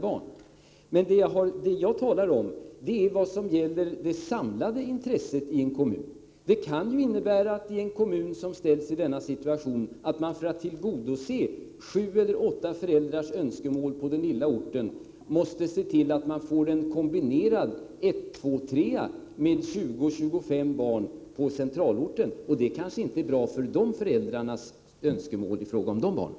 Men det som jag talar om är det som gäller det samlade intresset i en kommun. Det kan innebära att man i en kommun som ställs i en sådan situation som vi nu diskuterar, för att tillgodose önskemålen från sju eller åtta föräldrar på den lilla orten måste inrätta en kombinerad klass för årskurserna 1, 2 och 3 med 20-25 barn på centralorten. Det är kanske inte bra med hänsyn till önskemålen från föräldrarna till de andra barnen i den klassen.